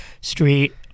Street